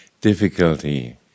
difficulty